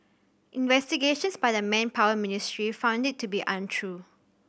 investigations by the Manpower Ministry found it to be untrue